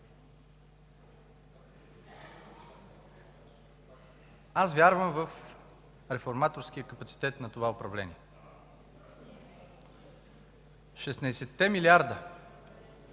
Аз вярвам в реформаторския капацитет на това управление. РЕПЛИКА